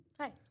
Hi